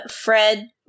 Fred